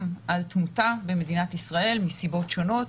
על תמותה במדינת ישראל מסיבות שונות